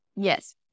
yes